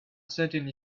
certainly